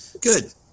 Good